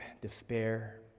despair